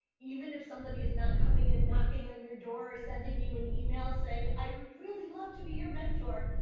even if somebody is not coming and knocking on your door or sending you an email saying i would really love to be your mentor,